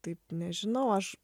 taip nežinau aš